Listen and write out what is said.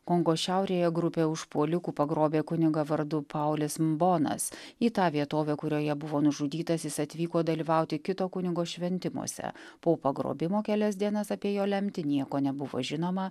kongo šiaurėje grupė užpuolikų pagrobė kunigą vardu paulis mbonas į tą vietovę kurioje buvo nužudytas jis atvyko dalyvauti kito kunigo šventimuose po pagrobimo kelias dienas apie jo lemtį nieko nebuvo žinoma